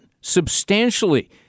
substantially